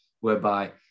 whereby